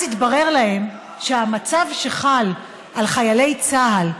אז התברר להם שהמצב שחל על חיילי צה"ל,